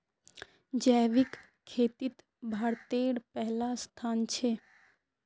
जैविक खेतित भारतेर पहला स्थान छे